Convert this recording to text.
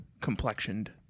complexioned